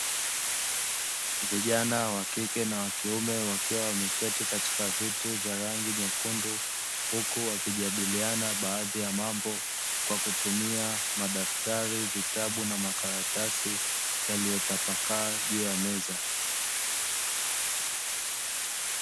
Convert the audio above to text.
Vijana wa kike na wa kiume wakiwa wameketi katika viti vya rangi nyekundu, huku wakijadiliana baadhi ya mambo kwa kutumia madaftari, vitabu, na makaratasi yaliyotapakaa juu ya meza.